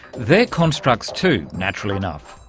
they're constructs too, naturally enough,